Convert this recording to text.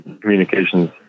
communications